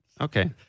Okay